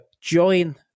join